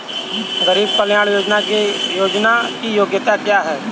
गरीब कल्याण योजना की योग्यता क्या है?